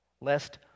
lest